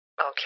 Okay